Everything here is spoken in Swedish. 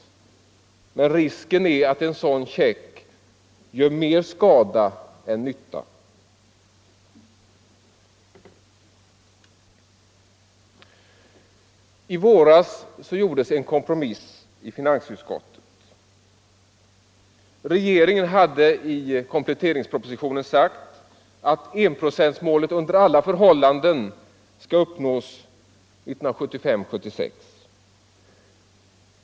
Men risken är att en sådan check gör mer skada än nytta. I våras gjordes en kompromiss i finansutskottet. Regeringen hade i kompletteringspropositionen sagt att enprocentsmålet under alla förhållanden skall uppnås 1975/76.